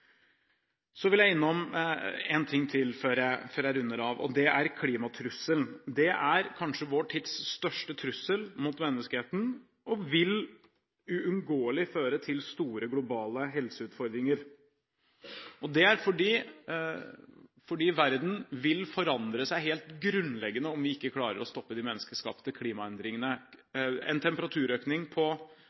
Så vil jeg innom én ting til før jeg runder av, og det er klimatrusselen. Det er kanskje vår tids største trussel mot menneskeheten og vil uunngåelig føre til store globale helseutfordringer. Det er fordi verden vil forandre seg helt grunnleggende om vi ikke klarer å stoppe de menneskeskapte klimaendringene. En temperaturøkning på